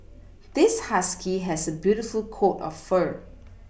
this husky has a beautiful coat of fur